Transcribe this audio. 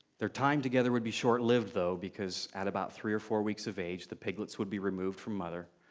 their time together would be short-lived though because at about three or four weeks of age, the piglets would be removed from mother,